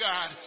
God